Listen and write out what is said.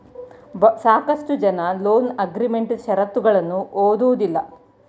ಸಾಕಷ್ಟು ಜನ loan agreement ಶರತ್ತುಗಳನ್ನು ಓದುವುದಿಲ್ಲ